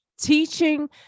teaching